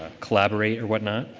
ah collaborate or whatnot.